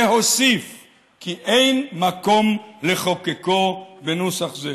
והוסיף כי אין מקום לחוקקו בנוסח זה.